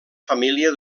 família